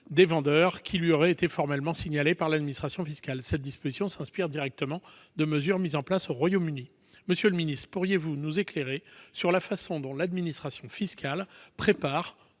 des vendeurs qui lui auraient été formellement signalés par l'administration fiscale. Cette disposition s'inspire directement de mesures mises en place au Royaume-Uni. Monsieur le ministre, pourriez-vous nous éclairer sur la façon dont l'administration fiscale prépare,